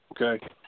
okay